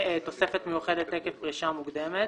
תוספת מיוחדת עקב פרישה מוקדמת